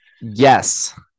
yes